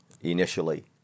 initially